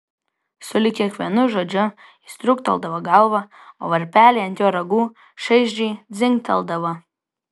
sulig kiekvienu žodžiu jis trūkteldavo galvą o varpeliai ant jo ragų šaižiai dzingteldavo